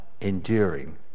enduring